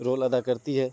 role ادا کرتی ہے